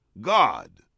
God